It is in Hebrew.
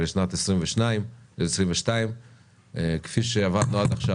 ולשנת 2022. כפי שעבדנו עד עכשיו,